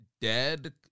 dead